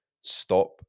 stop